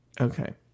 Okay